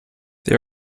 they